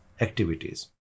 activities